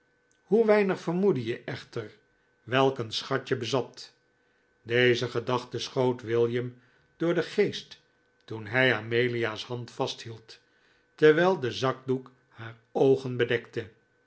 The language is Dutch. hoe weinig vermoedde je echter welk een schat je bezat deze gedachte schoot william door den geest toen hij amelia's hand vasthield terwijl de zakdoek haar oogen bedekte